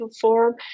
form